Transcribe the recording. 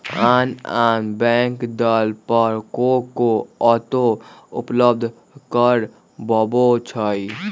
आन आन बैंक दर पर को को ऑटो उपलब्ध करबबै छईं